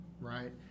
right